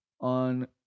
on